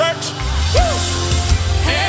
church